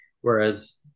Whereas